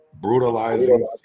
brutalizing